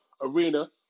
arena